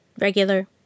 regular